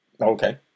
Okay